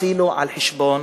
אפילו על חשבון